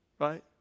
right